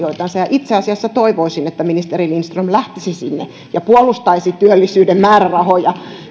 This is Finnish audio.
itse asiassa toivoisin että ministeri lindström lähtisi sinne ja puolustaisi työllisyyden määrärahoja